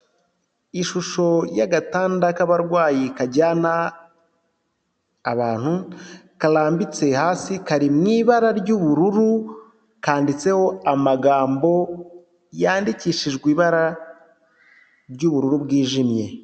Ishusho y'agatanda k'abarwayi kajyana abantu, karambitse hasi kari mu ibara ry'ubururu, kanditseho amagambo yandikishijwe ibara ry'ubururu bwijimye.